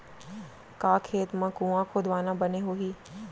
का खेत मा कुंआ खोदवाना बने होही?